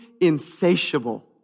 insatiable